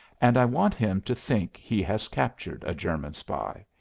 and i want him to think he has captured a german spy.